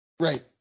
Right